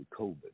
COVID